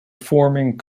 forming